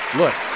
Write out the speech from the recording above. look